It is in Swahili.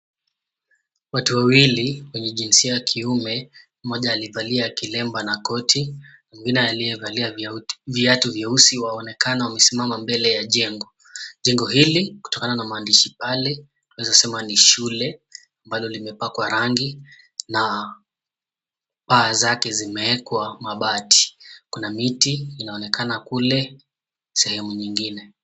Watu wawili wenye jinsia ya kiume mmoja alivalia kilemba na koti mwingine aliyevalia viatu vyeusi waonekana wamesimama mbele ya jengo, jengo hili kutokana na maandishi yale naweza sema ni shule ambalo limepakwa rangi na paa zake zimeekwa mabati kuna miti inaonekana kule sehemu nyingine.